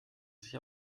sich